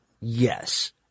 yes